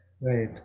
right